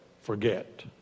forget